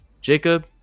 Jacob